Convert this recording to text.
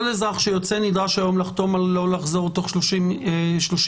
כל אזרח שיוצא נדרש היום לחתום לא לחזור תוך 30 ימים?